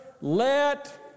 Let